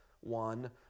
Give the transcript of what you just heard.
one